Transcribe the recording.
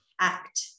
act